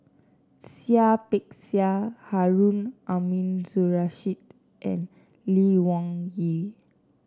Seah Peck Seah Harun Aminurrashid and Lee Wung Yew